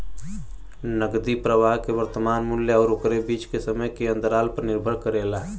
नकदी प्रवाह के वर्तमान मूल्य आउर ओकरे बीच के समय के अंतराल पर निर्भर करेला